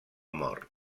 mort